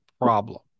problem